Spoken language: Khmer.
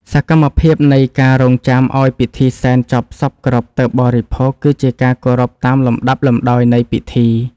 សកម្មភាពនៃការរង់ចាំឱ្យពិធីសែនចប់សព្វគ្រប់ទើបបរិភោគ គឺជាការគោរពតាមលំដាប់លំដោយនៃពិធី។